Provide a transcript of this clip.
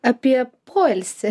apie poilsį